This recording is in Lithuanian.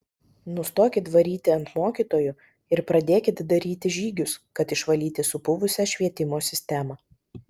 nustokit varyti ant mokytojų ir pradėkit daryti žygius kad išvalyti supuvusią švietimo sistemą